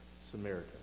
Samaritan